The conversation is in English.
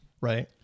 Right